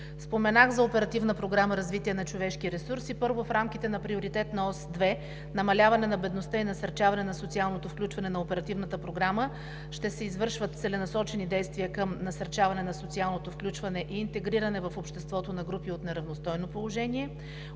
програма „Развитие на човешките ресурси“. Първо, в рамките на Приоритетна ос 2 „Намаляване на бедността и насърчаване на социалното включване“ на Оперативната програма, ще се извършват целенасочени действия към насърчаване на социалното включване и интегриране в обществото на групи от неравностойно положение.